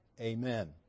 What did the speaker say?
Amen